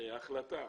להחלטה